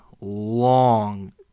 long